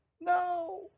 No